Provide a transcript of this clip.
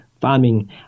farming